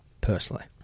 personally